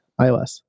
iOS